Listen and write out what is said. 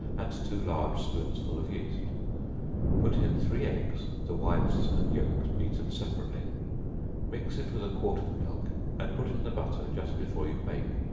and two large spoonsful of yeast put in three eggs, the whites and yelks beaten separately mix it with a quart of milk, and put in the butter just before you bake,